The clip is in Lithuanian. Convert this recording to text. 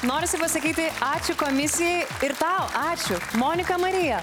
norisi pasakyti ačiū komisijai ir tau ačiū monika marija